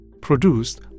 Produced